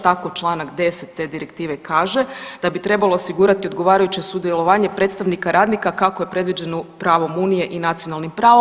Tako članak 10. te direktive kaže da bi trebalo osigurati odgovarajuće sudjelovanje predstavnika radnika kako je predviđeno pravom Unije i nacionalnim pravom.